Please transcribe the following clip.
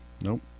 Nope